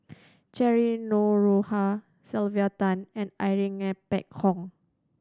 Cheryl Noronha Sylvia Tan and Irene Ng Phek Hoong